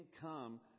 come